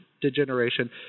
degeneration